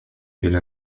إلى